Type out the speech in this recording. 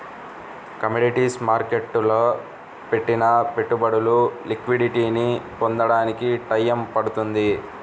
commodities మార్కెట్టులో పెట్టిన పెట్టుబడులు లిక్విడిటీని పొందడానికి టైయ్యం పడుతుంది